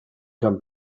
come